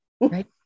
Right